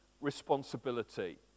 responsibility